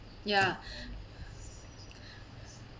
ya